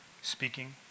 speaking